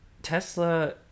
tesla